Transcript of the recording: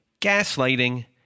gaslighting